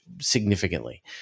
significantly